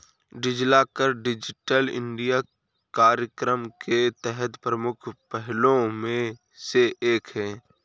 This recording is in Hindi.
डिजिलॉकर डिजिटल इंडिया कार्यक्रम के तहत प्रमुख पहलों में से एक है